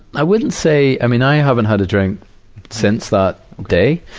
i wouldn't say i mean, i haven't had a drink since that day.